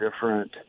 different